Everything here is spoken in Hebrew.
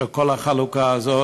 של כל החלוקה הזאת,